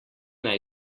naj